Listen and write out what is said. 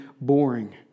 boring